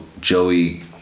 Joey